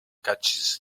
catches